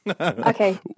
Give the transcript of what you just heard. Okay